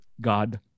God